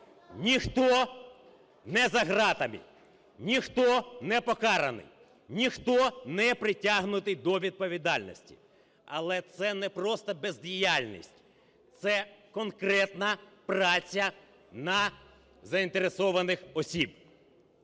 Ніхто не за ґратами. Ніхто не покараний. Ніхто не притягнутий до відповідальності. Але це не просто бездіяльність, це конкретна праця на заинтересованных осіб.